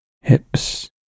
hips